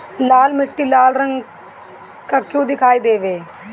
लाल मीट्टी लाल रंग का क्यो दीखाई देबे?